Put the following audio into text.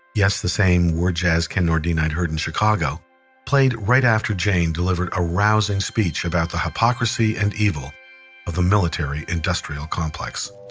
yes, the same word jazz ken nordine i heard in chicago played right after jane delivered an arousing speech about the hypocrisy and evil of the military-industrial complex